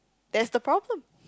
that's the problem